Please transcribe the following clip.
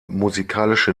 musikalische